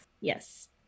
Yes